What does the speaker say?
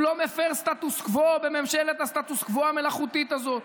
הוא לא מפר סטטוס קוו בממשלת הסטטוס קוו המלאכותית הזו.